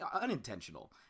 unintentional